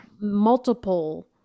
multiple